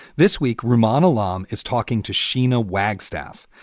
this week, ruman alarm is talking to sheena wagstaff.